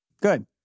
Good